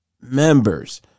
members